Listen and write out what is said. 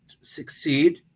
succeed